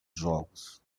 jogos